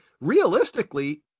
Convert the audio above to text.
realistically